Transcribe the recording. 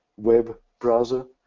web browser.